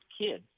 kids